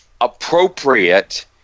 appropriate